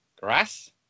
grass